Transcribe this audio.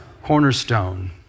cornerstone